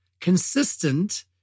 consistent